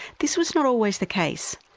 this was not always the case.